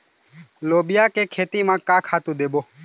लोबिया के खेती म का खातू देबो?